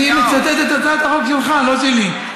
אני מצטט את הצעת החוק שלך, לא שלי.